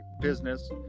business